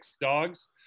dogs